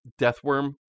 deathworm